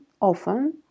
often